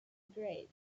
grades